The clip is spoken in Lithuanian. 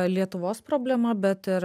lietuvos problema bet ir